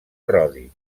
rodi